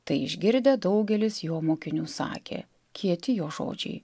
tai išgirdę daugelis jo mokinių sakė kieti jo žodžiai